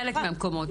בחלק מהמקומות.